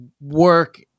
work